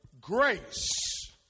grace